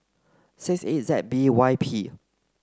six eight Z B Y P